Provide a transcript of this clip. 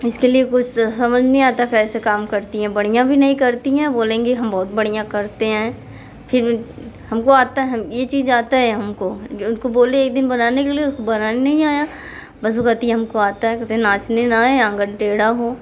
इसके लिए कुछ समझ नहीं आता कैसे काम करती हैं बढ़िया भी नहीं करती हैं बोलेंगी हम बहुत बढ़िया करते हैं फिर हम को आता हम ये चीज़ आता है हम को उनको बोलिए एक दिन बनाने के लिए उसको बनाने नहीं आया बस वो कहती है हम को आता है कहते हैं नाचने ना आए आंगन टेढ़ा हो